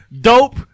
Dope